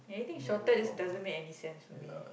anything shorter just doesn't make any sense for me